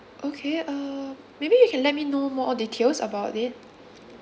okay um maybe you can let me know more details about it